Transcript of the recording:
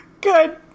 Good